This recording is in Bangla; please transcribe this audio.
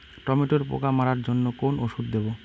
টমেটোর পোকা মারার জন্য কোন ওষুধ দেব?